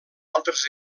altres